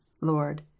Lord